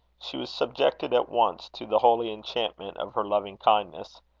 she was subjected at once to the holy enchantment of her loving-kindness.